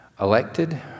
elected